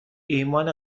ایمان